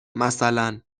مثلا